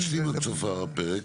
תשלים עד סוף הפרק.